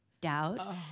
Doubt